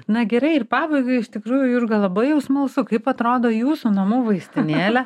na gerai ir pabaigai iš tikrųjų jurga labai jau smalsu kaip atrodo jūsų namų vaistinėlė